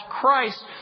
Christ